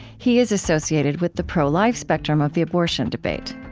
he is associated with the pro-life spectrum of the abortion debate